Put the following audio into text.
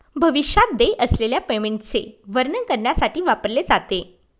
भविष्यात देय असलेल्या पेमेंटचे वर्णन करण्यासाठी वापरले जाते